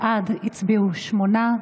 בעד הצביעו שמונה,